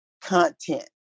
content